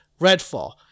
Redfall